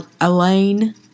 Elaine